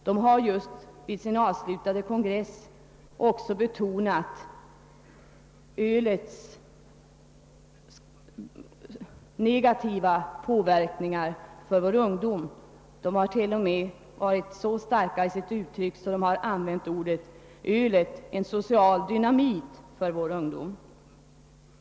Den har vid sin senaste avslutade kongress också betonat ölets negativa verkningar för vår ungdom och t.o.m. använt så starka uttryck som att ölet är »social dynamit« för vår ungdom.